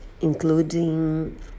including